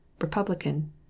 Republican